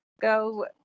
Go